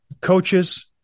coaches